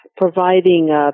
providing